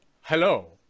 hello